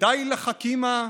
ו"די לחכימא"